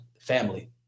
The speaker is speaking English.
family